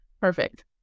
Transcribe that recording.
perfect